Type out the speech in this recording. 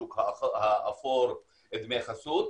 השוק האפור ודמי חסות.